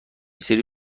سری